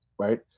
right